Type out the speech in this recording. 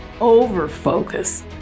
over-focus